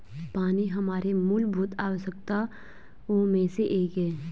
पानी हमारे मूलभूत आवश्यकताओं में से एक है